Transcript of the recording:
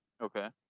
Okay